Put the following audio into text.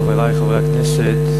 חברי חברי הכנסת,